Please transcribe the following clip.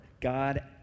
God